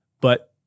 But-